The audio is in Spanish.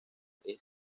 este